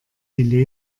die